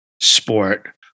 sport